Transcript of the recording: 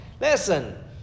Listen